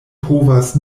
povas